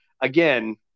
again –